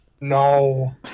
No